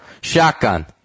shotgun